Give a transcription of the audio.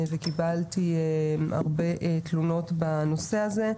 וקיבלתי הרבה תלונות בנושא הזה,